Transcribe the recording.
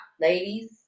ladies